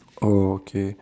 oh okay